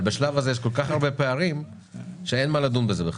יש כל כך הרבה פערים שאין מה לדון בזה בכלל.